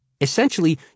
Essentially